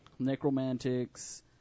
Necromantics